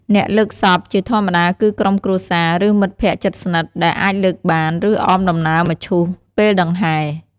អ្នកលើកសព ជាធម្មតាគឺក្រុមគ្រួសារ ឬមិត្តភ័ក្តិជិតស្និទ្ធ ដែលអាចលើកបាន ឬអមដំណើរមឈូសពេលដង្ហែ។